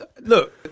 Look